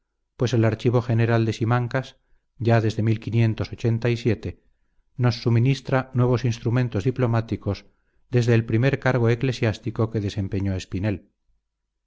pues el archivo general de simancas ya desde nos suministra nuevos instrumentos diplomáticos desde el primer cargo eclesiástico que desemepeñó espinel